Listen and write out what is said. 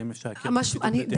האם יש לעכב משהו בחקיקה וכו'.